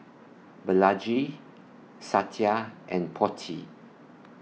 Balaji Satya and Potti